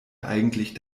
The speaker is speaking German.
eigentlich